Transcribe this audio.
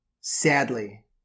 sadly